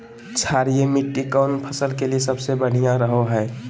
क्षारीय मिट्टी कौन फसल के लिए सबसे बढ़िया रहो हय?